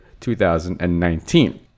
2019